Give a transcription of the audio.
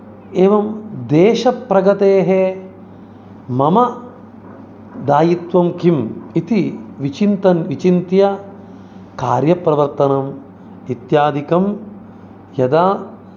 एवं देशप्रगतेः मम दायित्वं किम् इति विचिन्त्य कार्यप्रवर्तनम् इत्यादिकं यदा